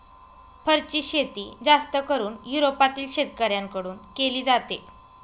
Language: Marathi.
फरची शेती जास्त करून युरोपातील शेतकऱ्यांन कडून केली जाते